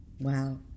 Wow